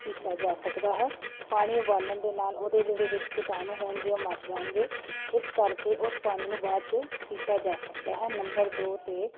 ਪੀਤਾ ਜਾ ਸਕਦਾ ਹੈ ਪਾਣੀ ਉਬਾਲਣ ਦੇ ਨਾਲ ਉਹਦੇ ਜਿਹੜੇ ਵਿੱਚ ਕੀਟਾਣੂ ਹੋਣਗੇ ਉਹ ਮਰ ਜਾਣਗੇ ਇਸ ਕਰਕੇ ਉਸ ਪਾਣੀ ਨੂੰ ਬਾਅਦ 'ਚ ਪੀਤਾ ਜਾ ਸਕਦਾ ਹੈ ਨੰਬਰ ਦੋ 'ਤੇ